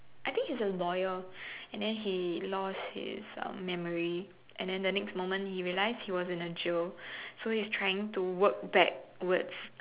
I think he's a lawyer and then he lost his um memory and then the next moment he realized he was in a jail so he's trying to work backwards